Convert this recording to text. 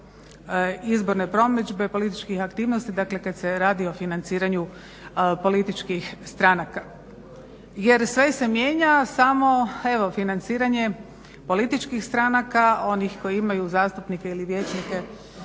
izborne promidžbe političkih aktivnosti, dakle kad se radi o financiranju političkih stranaka. Jer sve se mijenja samo evo, financiranje političkih stranaka, onih koji imaju zastupnike ili vijećnike